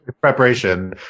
preparation